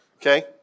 okay